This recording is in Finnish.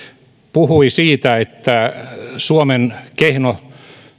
puhui siitä että suomen kehno